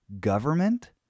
government